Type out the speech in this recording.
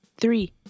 Three